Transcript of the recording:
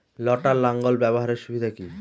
লটার লাঙ্গল ব্যবহারের সুবিধা কি?